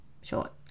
short